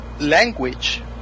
language